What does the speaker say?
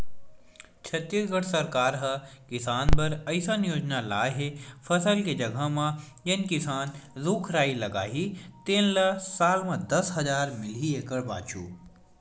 छत्तीसगढ़ सरकार ह किसान बर अइसन योजना लाए हे फसल के जघा म जेन किसान रूख राई लगाही तेन ल साल म दस हजार मिलही एकड़ पाछू